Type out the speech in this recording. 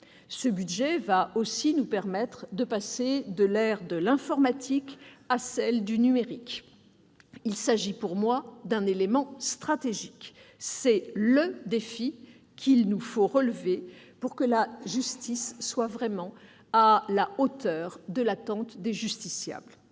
Ce budget va aussi nous permettre de passer de l'ère de l'informatique à l'ère du numérique. Il s'agit pour moi d'un élément stratégique : c'est « le » défi qu'il nous faut relever pour que la justice soit vraiment à la hauteur de l'attente des justiciables.